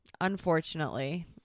unfortunately